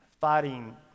fighting